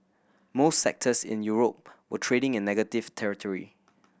most sectors in Europe were trading in negative territory